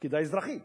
פקידה אזרחית.